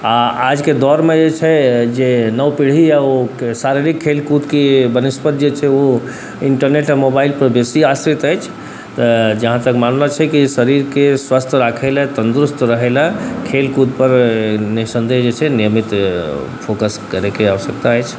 आओर आजके दौरमे जे छै जे नवपीढ़ी ओ शारीरिक खेलकूदके वनस्पत जे छै ओ इन्टरनेट आओर मोबाइलपर बेसी आश्रित अछि तऽ जहाँ तक मानना छै शरीरके स्वस्थ राखैलए तन्दुरुस्त रहैलए खेलकूदपर निस्सन्देह जे छै नियमित फोकस करैके आवश्यकता अछि